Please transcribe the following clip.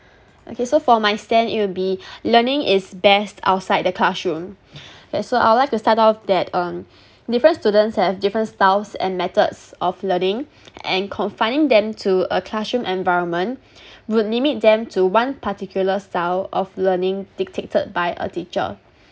okay so for my stand it will be learning is best outside the classroom so I would like to start off that um different students have different styles and methods of learning and confining them to a classroom environment would limit them to one particular style of learning dictated by a teacher